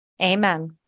Amen